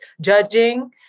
judging